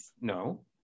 No